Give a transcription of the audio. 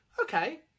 okay